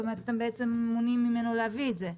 אתם בעצם מונעים ממנו להביא את זה.